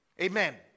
Amen